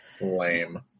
Lame